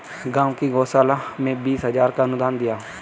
गांव की गौशाला में बीस हजार का अनुदान दिया